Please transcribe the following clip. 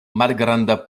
malgranda